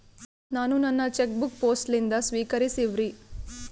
ನಾನು ನನ್ನ cheque book post ಲಿಂದ ಸ್ವೀಕರಿಸಿವ್ರಿ